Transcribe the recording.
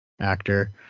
actor